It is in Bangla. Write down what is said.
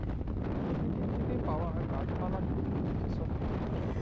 পরকিতি থ্যাকে পাউয়া গাহাচ পালা থ্যাকে যে ছব ফাইবার